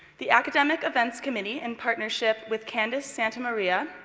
the academic events committee, in partnership with candace santa maria,